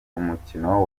umukino